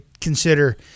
consider